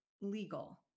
legal